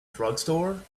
drugstore